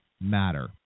matter